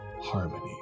harmony